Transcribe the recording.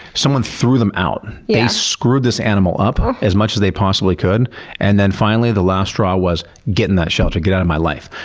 someone threw them out. they yeah screwed this animal up as much as they possibly could and then finally the last straw was, get in that shelter, get out of my life.